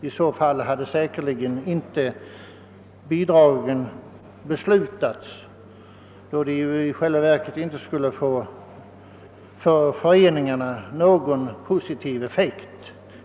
I så fall hade landstingen säkerligen inte beslutat om några bidrag, eftersom det ju inte skulle få någon för föreningarna positiv effekt.